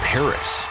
Paris